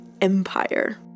Empire